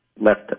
left